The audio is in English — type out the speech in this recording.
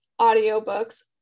audiobooks